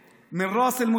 (אומר דברים בשפה הערבית,